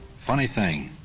funny thing,